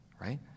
right